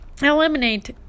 eliminate